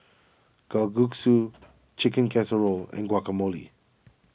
Kalguksu Chicken Casserole and Guacamole